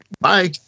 bye